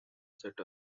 set